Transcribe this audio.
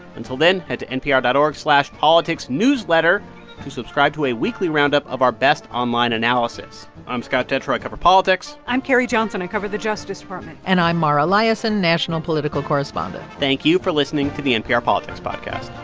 until then, head to npr dot org slash politicsnewsletter to subscribe to a weekly roundup of our best online analysis. i'm scott detrow. i cover politics i'm carrie johnson. i cover the justice department and i'm mara liasson, national political correspondent thank you for listening to the npr politics podcast